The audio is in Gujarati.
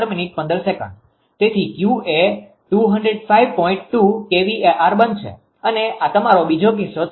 2 kVAr બનશે અને આ તમારો બીજો કિસ્સો છે